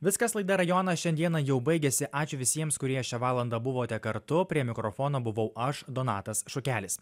viskas laida rajonas šiandieną jau baigėsi ačiū visiems kurie šią valandą buvote kartu prie mikrofono buvau aš donatas šukelis